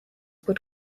would